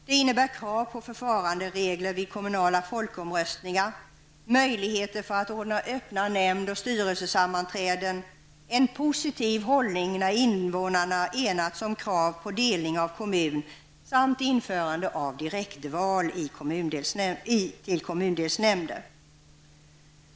Det innebär krav på förfaranderegler vid kommunala folkomröstningar, möjligheter att ordna öppna nämnd och styrelsesammanträden, en positiv hållning när kommuninnevånarna enats om krav på delning av kommun samt införande av direktval till kommundelsnämnder.